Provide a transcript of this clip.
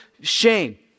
shame